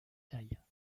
tailles